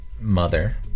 Mother